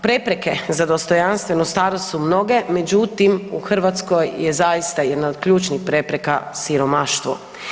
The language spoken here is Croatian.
Prepreke za dostojanstvenu starost su mnoge, međutim u Hrvatskoj je zaista jedna od ključnih prepreka siromaštvo.